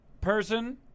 person